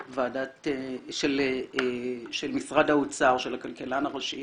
של משרד האוצר, של הכלכלן הראשי